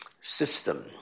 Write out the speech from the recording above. system